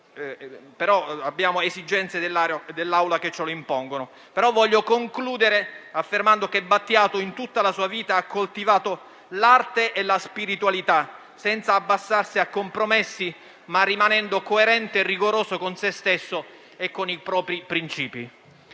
dei lavori dell'Assemblea ce lo impongono. Voglio concludere affermando che Battiato, in tutta la sua vita, ha coltivato l'arte e la spiritualità, senza abbassarsi a compromessi e rimanendo coerente e rigoroso con se stesso e con i propri principi.